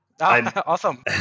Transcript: Awesome